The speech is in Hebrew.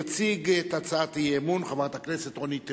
תציג את הצעת האי-אמון חברת הכנסת רונית תירוש.